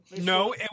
No